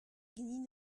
ganin